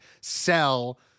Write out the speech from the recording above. sell